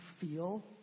feel